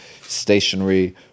stationary